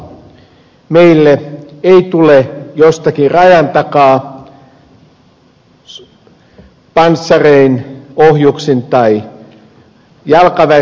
välitön uhka meille ei tule jostakin rajan takaa panssarein ohjuksin tai jalkaväkenä